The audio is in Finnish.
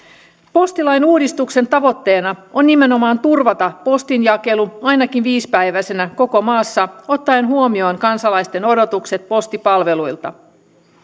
postilain uudistuksen tavoitteena on nimenomaan turvata postinjakelu ainakin viisipäiväisenä koko maassa ottaen huomioon kansalaisten odotukset postipalveluilta